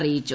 അറിയിച്ചു